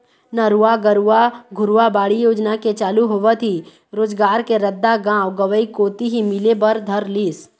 नरूवा, गरूवा, घुरूवा, बाड़ी योजना के चालू होवत ही रोजगार के रद्दा गाँव गंवई कोती ही मिले बर धर लिस